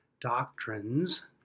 doctrines